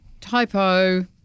typo